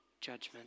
judgment